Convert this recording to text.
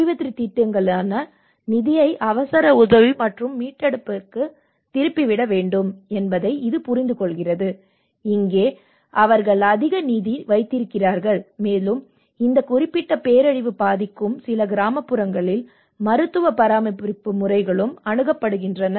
அபிவிருத்தி திட்டங்களுக்கான நிதியை அவசர உதவி மற்றும் மீட்டெடுப்பிற்கு திருப்பிவிட வேண்டும் என்பதை இது புரிந்துகொள்கிறது இங்கே அவர்கள் அதிக நிதி வைத்திருக்கிறார்கள் மேலும் இந்த குறிப்பிட்ட பேரழிவு பாதிக்கும் சில கிராமப்புறங்களில் மருத்துவ பராமரிப்பு முறைகளும் அணுகப்படுகின்றன